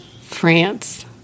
France